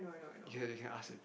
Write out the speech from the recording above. K you can ask him